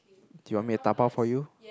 do you want me to dabao for you